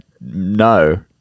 no